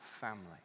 family